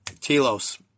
Telos